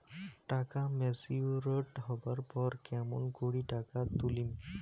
টাকা ম্যাচিওরড হবার পর কেমন করি টাকাটা তুলিম?